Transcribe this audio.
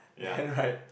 then right